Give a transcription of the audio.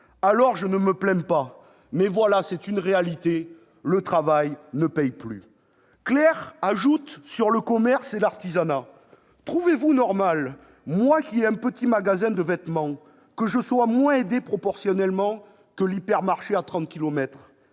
Alors, je ne me plains pas, mais, voilà, c'est une réalité, le travail ne paie plus. » Claire ajoute, sur le commerce et l'artisanat :« Trouvez-vous normal que moi, qui ai un petit magasin de vêtements, je sois moins aidée proportionnellement que l'hypermarché à 30